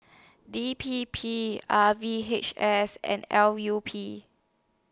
D P P R V H S and L U P